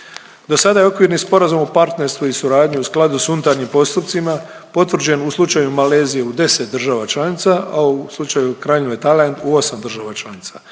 Dosada je okvirni sporazum o partnerstvu i suradnji u skladu s unutarnjim postupcima potvrđen u slučaju Malezije u 10 država članica, a u slučaju Kraljevine Tajland u 8 država članica.